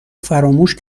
فراموش